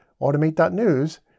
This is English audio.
automate.news